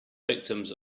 victims